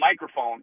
microphone